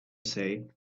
say